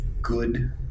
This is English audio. good